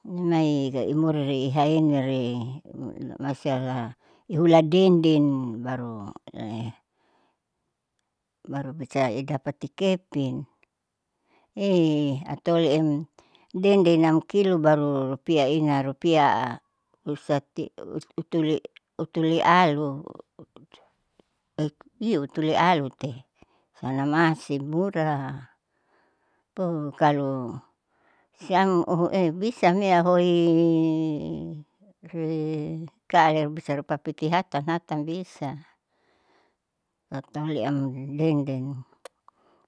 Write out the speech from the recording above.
Mai imori iyaheniare masalah ihulan dendeng baru baru bisa idapati kepen ehee hatoliem dendenam kilo baru rupiah ina rupiah husati utuli utulialu iyo utuli alute hanamasih murah oh kalo siam uhue bisa ame ahoi ikaali bisa rupapiti hatan hatan bisa latoliam dendeng